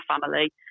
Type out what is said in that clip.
family